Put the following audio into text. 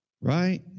Right